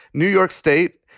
new york state,